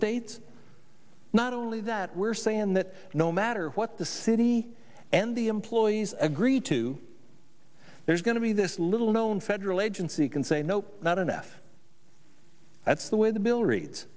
states not only that we're saying that no matter what the city and the employees agree to there's going to be this little known federal agency can say nope not enough that's the way the bill reads